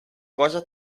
cosa